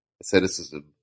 asceticism